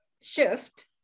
shift